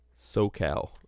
SoCal